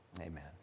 amen